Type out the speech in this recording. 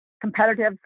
competitive